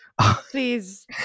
Please